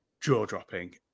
jaw-dropping